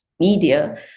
media